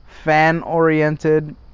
Fan-oriented